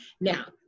Now